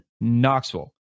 Knoxville